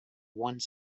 one